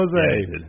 Jose